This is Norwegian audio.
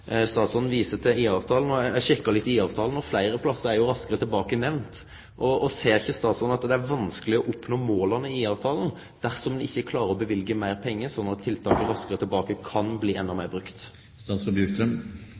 statsråden viser til IA-avtalen. Eg har sjekka litt i IA-avtalen, og fleire stader er jo Raskere tilbake nemnd. Ser ikkje statsråden at det er vanskeleg å oppnå måla i IA-avtalen dersom ein ikkje klarar å løyve meir pengar, slik at tiltaket Raskere tilbake kan bli endå